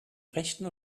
rechten